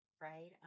right